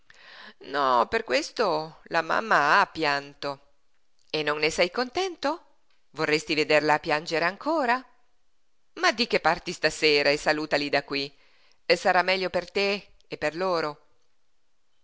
no per questo la mamma ha pianto e non ne sei contento vorresti vederla piangere ancora ma di che parti stasera e salutali da qui sarà meglio per te e per loro